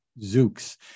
Zooks